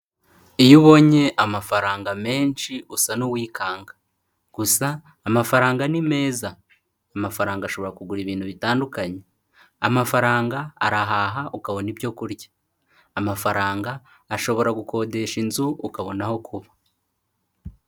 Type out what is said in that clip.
Iyo ubonye amafaranga menshi usa n'uwikanga gusa amafaranga ni meza. Amafaranga ashobora kugura ibintu bitandukanye. Amafaranga arahaha, ukabona ibyo kurya. Amafaranga ashobora gukodesha inzu, ukabona aho kuba.